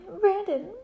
Brandon